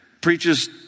Preaches